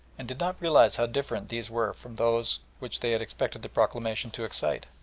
and did not realise how different these were from those which they had expected the proclamation to excite.